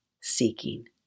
seeking